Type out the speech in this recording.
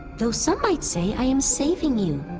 though some might say i am saving you.